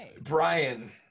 brian